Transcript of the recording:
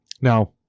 Now